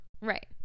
right